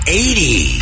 eighty